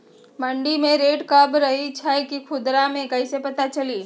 मंडी मे रेट कम रही छई कि खुदरा मे कैसे पता चली?